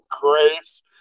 grace